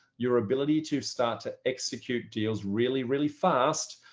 your ability to start to execute deals really, really fast,